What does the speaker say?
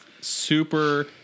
super